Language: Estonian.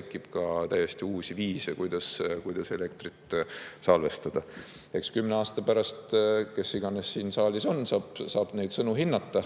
ja tekib ka täiesti uusi viise, kuidas elektrit salvestada. Eks kümne aasta pärast need, kes iganes siin saalis on, saavad neid sõnu hinnata.